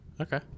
Okay